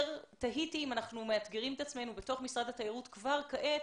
תהיתי אם אנחנו מתגרים את עצמנו בתוך משרד התיירות כבר עתה,